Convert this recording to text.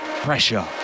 Pressure